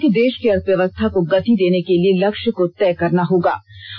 उन्होंने कहा कि देष की अर्थव्यव्स्था को गति देने के लिए लक्ष्य को तय करना होगा